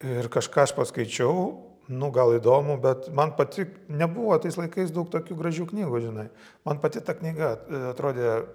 ir kažką aš paskaičiau nu gal įdomu bet man patik nebuvo tais laikais daug tokių gražių knygų žinai man pati ta knyga atrodė